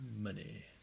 money